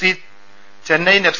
C Chennaiyin F